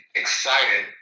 excited